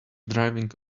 driving